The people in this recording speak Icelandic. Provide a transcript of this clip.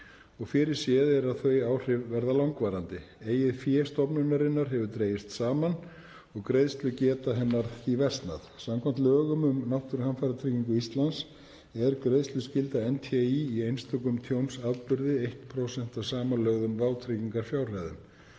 fyrirséð er að þau áhrif verði langvarandi. Eigið fé stofnunarinnar hefur dregist saman og greiðslugeta hennar því versnað. Samkvæmt lögum um Náttúruhamfaratryggingu Íslands er greiðsluskylda NTÍ í einstökum tjónsatburði 1% af samanlögðum vátryggingarfjárhæðum.